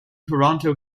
toronto